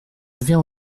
viens